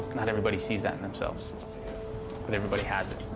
not everybody sees that in themselves but everybody has it.